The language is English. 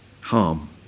Harm